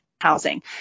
housing